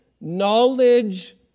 knowledge